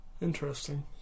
Interesting